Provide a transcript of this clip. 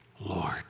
Lord